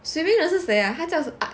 swimming 的是谁 ah 他叫